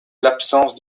l’absence